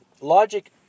Logic